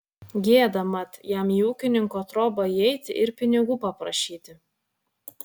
gėda mat jam į ūkininko trobą įeiti ir pinigų paprašyti